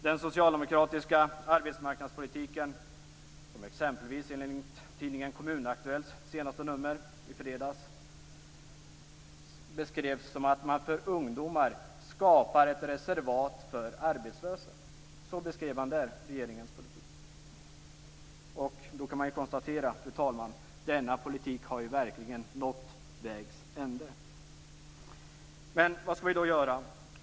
Den socialdemokratiska arbetsmarknadspolitiken, som den exempelvis beskrevs i tidningen Kommun Aktuellt i fredags, skapar för ungdomar ett reservat för arbetslösa. Så beskrev man där regeringens politik. Då kan man konstatera att denna politik verkligen har nått vägs ände. Vad skall vi då göra?